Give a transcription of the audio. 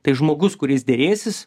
tai žmogus kuris derėsis